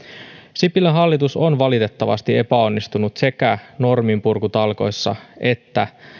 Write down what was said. sipilän hallitus on valitettavasti epäonnistunut sekä norminpurkutalkoissa että